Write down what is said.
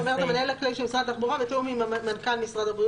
אז את אומרת שהמנהל הכללי של משרד התחבורה בתיאום עם מנכ"ל הבריאות,